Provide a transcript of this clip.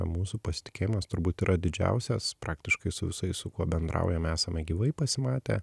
ne mūsų pasitikėjimas turbūt yra didžiausias praktiškai su visais su kuo bendraujam esame gyvai pasimatę